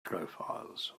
profiles